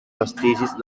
vestigis